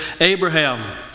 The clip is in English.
Abraham